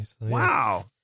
Wow